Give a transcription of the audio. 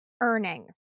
earnings